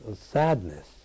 sadness